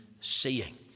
seeing